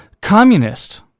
communist